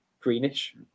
Greenish